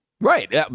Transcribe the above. Right